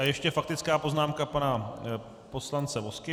Ještě faktická poznámka pana poslance Vozky.